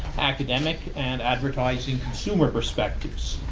academic and advertising consumer perspectives.